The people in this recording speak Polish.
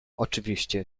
oczywiście